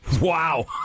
Wow